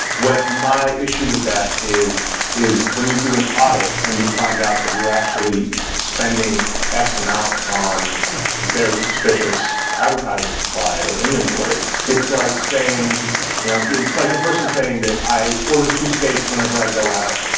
what my issue with that is is when you do an audit and you find out that you're actually spending x-amount on very suspicious advertising supply, or inventory. it's like saying yeah it's like a person saying that, i ordered two stakes whenever i go out.